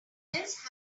just